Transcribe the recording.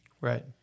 Right